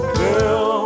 girl